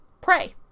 pray